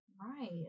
Right